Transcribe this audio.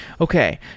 Okay